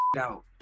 out